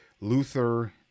Luther